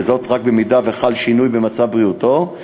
ורק במידה שחל שינוי במצב בריאותו,